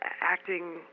acting